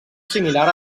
similar